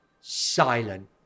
silent